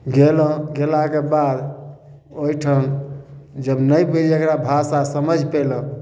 गेलौ गेलाके बाद ओहिठाम जब नहि जेकरा भाषा समैझ पेलहुॅं